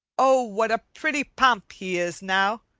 oh, what a pretty pomp he is now!